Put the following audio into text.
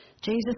Jesus